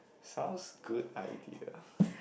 sounds good idea